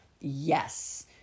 Yes